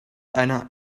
einer